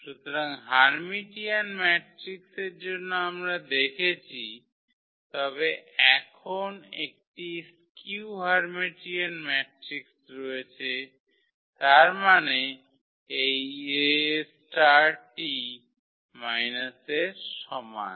সুতরাং হার্মিটিয়ান ম্যাট্রিক্সের জন্য আমরা দেখেছি তবে এখন একটি স্কিউ হার্মিটিয়ান ম্যাট্রিক্স রয়েছে তার মানে এই A টি A এর সমান